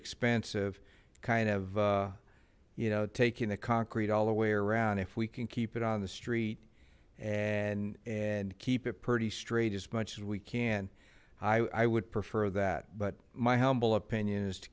expensive kind of you know taking the concrete all the way around if we can keep it on the street and and keep it pretty straight as much as we can i would prefer that but my humble opinion is to